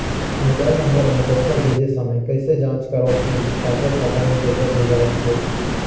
Mobile number मे पइसा भेजे समय कइसे जांच करव की काकर खाता मे पइसा भेजात हे?